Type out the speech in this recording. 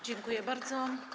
Dziękuję bardzo.